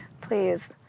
please